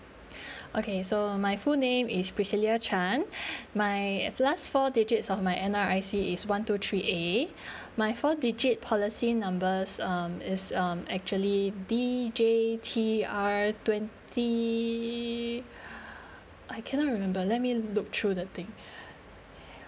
oaky so my full name is priscilla chan my last four digit of my N_R_I_C is one two three A my four digit policy number um is um actually D_J_T_R twenty I cannot remember let me look through the thing